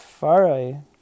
farai